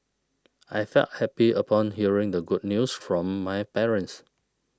I felt happy upon hearing the good news from my parents